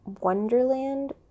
Wonderland